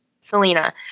Selena